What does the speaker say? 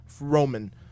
Roman